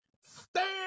stand